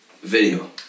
video